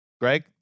Greg